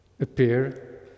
appear